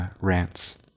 rants